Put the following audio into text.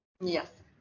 Yes